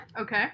Okay